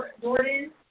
Jordan